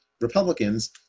Republicans